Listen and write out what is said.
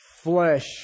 flesh